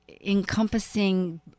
encompassing